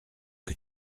que